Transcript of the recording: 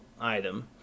item